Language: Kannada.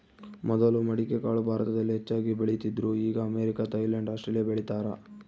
ಮೊದಲು ಮಡಿಕೆಕಾಳು ಭಾರತದಲ್ಲಿ ಹೆಚ್ಚಾಗಿ ಬೆಳೀತಿದ್ರು ಈಗ ಅಮೇರಿಕ, ಥೈಲ್ಯಾಂಡ್ ಆಸ್ಟ್ರೇಲಿಯಾ ಬೆಳೀತಾರ